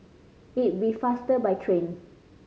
it'll be faster by train